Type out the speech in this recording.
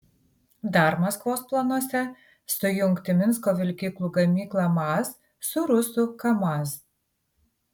dar maskvos planuose sujungti minsko vilkikų gamyklą maz su rusų kamaz